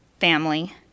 family